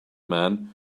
man